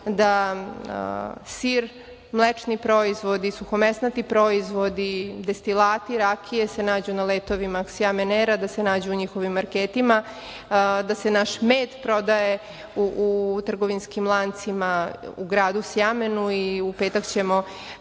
da sir, mlečni proizvodi, suhomesnati proizvodi, destilati, rakije se nađu na letovima „Kjamen era“, da se nađu u njihovim marketima, da se naš med prodaje u trgovinskim lancima u gradu Sjamenu. U petak ću ispratiti